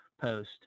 post